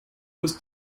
was